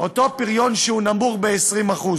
אותו פריון שהוא נמוך ב-20%.